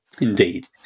indeed